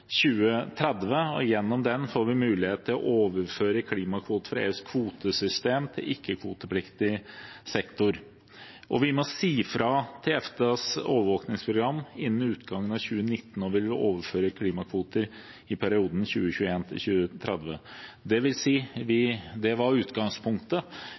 2030, og gjennom det får vi mulighet til å overføre klimakvoter fra EUs kvotesystem til ikke-kvotepliktig sektor. Vi må i tillegg si fra til EFTAs overvåkingsprogram innen utgangen av 2019 om vi vil overføre klimakvoter i perioden